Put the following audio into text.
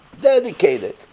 dedicated